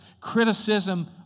Criticism